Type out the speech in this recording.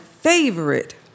favorite